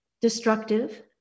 destructive